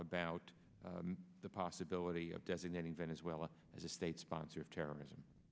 about the possibility of designating venezuela as a state sponsor of terrorism